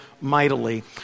mightily